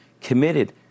committed